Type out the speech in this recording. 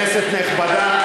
כנסת נכבדה,